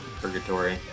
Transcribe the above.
purgatory